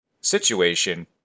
situation